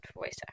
voice